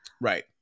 Right